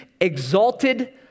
exalted